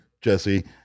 Jesse